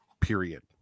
Period